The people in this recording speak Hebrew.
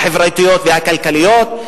החברתיות והכלכליות,